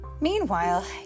Meanwhile